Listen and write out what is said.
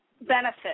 benefit